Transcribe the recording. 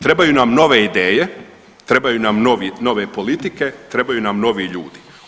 Trebaju nam nove ideje, trebaju nam nove politike, trebaju nam novi ljudi.